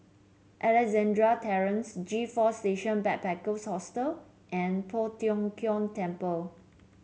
Alexandra Terrace G Four Station Backpackers Hostel and Poh Tiong Kiong Temple